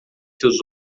seus